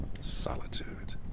solitude